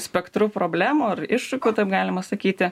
spektru problemų ar iššūkių taip galima sakyti